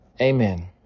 Amen